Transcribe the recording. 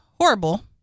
horrible